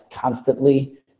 constantly